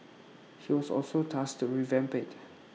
he was also tasked to revamp IT